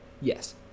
Yes